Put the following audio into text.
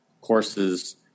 courses